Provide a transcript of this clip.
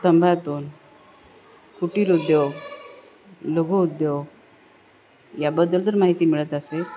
स्तंभातून कुटीर उद्योग लघुउद्योग याबद्दल जर माहिती मिळत असेल